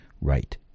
right